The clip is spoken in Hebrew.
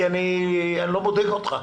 כי אני לא בודק אותך.